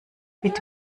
bitte